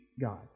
God